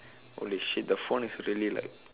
holy shit the phone is really like